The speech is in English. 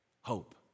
Hope